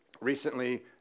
recently